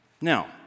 Now